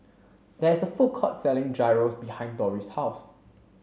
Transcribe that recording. there is a food court selling Gyros behind Dori's house